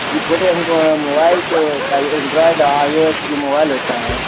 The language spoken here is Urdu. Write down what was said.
جی بولیے ہم کو موائل چو چاہیے اینڈرائڈ اور آئی او ایس موائل جو ہوتا ہے